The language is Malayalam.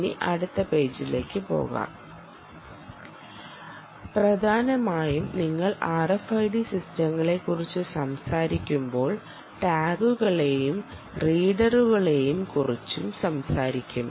ഇനി അടുത്ത പേജിലേക്ക് പോകാം പ്രധാനമായും നിങ്ങൾ RFID സിസ്റ്റങ്ങളെക്കുറിച്ച് സംസാരിക്കുമ്പോൾ ടാഗുകളെയും റീഡറുകളെയും കുറിച്ചും സംസാരിക്കും